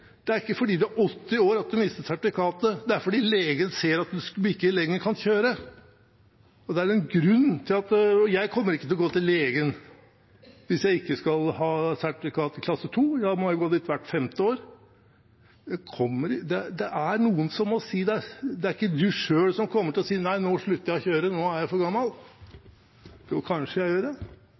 Det er ikke fordi du er 80 år at du mister sertifikatet; det er fordi legen ser at du ikke lenger kan kjøre. Det er en grunn. Jeg kommer ikke til å gå til legen hvis jeg ikke skal ha sertifikat i klasse B. Da må jeg gå dit hvert femte år. Det er noen som må si det til deg, det er ikke du selv som kommer til å si at nå slutter jeg å kjøre, nå er jeg for gammel. Jo, kanskje jeg gjør det?